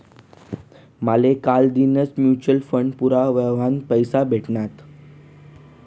माले कालदीनच mutual fund पूरा व्हवाना पैसा भेटनात